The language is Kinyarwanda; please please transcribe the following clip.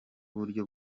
buryo